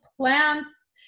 plants